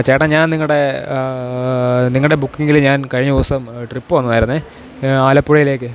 ചേട്ടാ ഞാൻ നിങ്ങളുടെ നിങ്ങളുടെ ബുക്കിങ്ങില് ഞാൻ കഴിഞ്ഞ ദിവസം ട്രിപ്പ് വന്നതായിരുന്നെ ആലപ്പുഴയിലേക്ക്